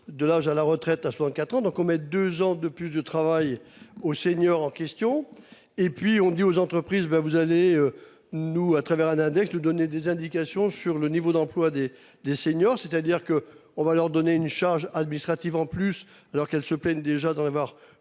De l'âge à la retraite à 64 ans, donc on met deux ans de plus de travail aux seniors en question et puis on dit aux entreprises, ben vous allez nous à travers un index nous donner des indications sur le niveau d'emploi des des seniors c'est-à-dire que on va leur donner une charge administrative en plus alors qu'elle se plaignent déjà d'en avoir